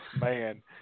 man